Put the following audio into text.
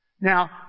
Now